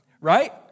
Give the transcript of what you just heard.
right